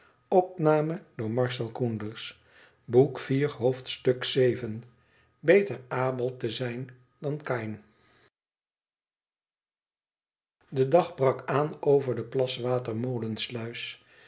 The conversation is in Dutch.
beter abel tb zn dan kaïn de dag brak aan over de